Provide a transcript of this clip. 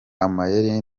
amayeri